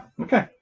Okay